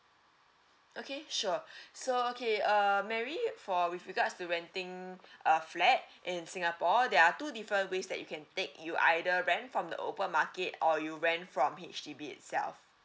okay sure so okay err mary for with regards to renting a flat in singapore there are two different ways that you can take you either rent from the open market or you rent from H_D_B itself